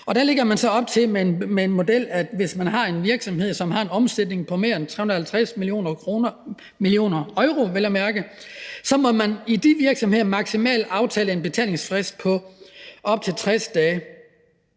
der lægger man så op til en model, hvor det er sådan, at en virksomhed, som har en omsætning på mere end 350 mio. euro – euro vel at mærke – maksimalt må aftale en betalingsfrist på op til 60 dage